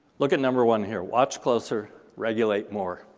look at number one here watch closer, regulate more.